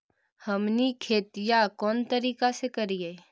हमनी खेतीया कोन तरीका से करीय?